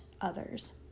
others